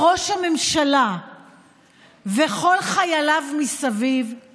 אבל ראש ממשלה שנאשם בשוחד זה משבר דמוקרטי חריף בהרבה.